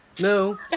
No